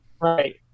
right